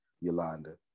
Yolanda